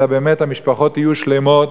אלא באמת שהמשפחות יהיו שלמות.